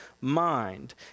mind